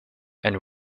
and